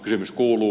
kysymys kuuluu